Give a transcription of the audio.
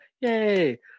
Yay